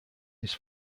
his